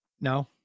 no